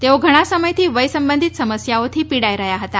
તેઓ ઘણા સમયથી વય સંબંધિત સમસ્યાઓથી પીડાઇ રહ્યાં હતા